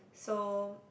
so